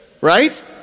right